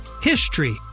HISTORY